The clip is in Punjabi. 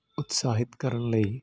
ਉਤਸ਼ਾਹਿਤ ਕਰਨ ਲਈ